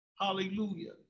hallelujah